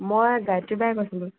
মই গায়ত্ৰী বায়ে কৈছিলোঁ